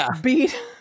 beat